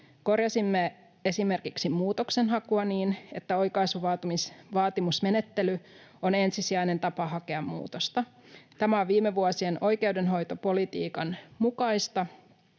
Korjasimme esimerkiksi muutoksenhakua niin, että oikaisuvaatimusmenettely on ensisijainen tapa hakea muutosta. Tämä on viime vuosien oikeudenhoitopolitiikan mukaista ja turvaa